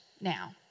now